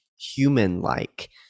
human-like